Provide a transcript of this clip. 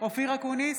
אופיר אקוניס,